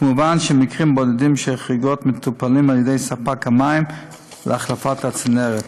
כמובן שמקרים בודדים של חריגות מטופלים על-ידי ספק המים להחלפת הצנרת.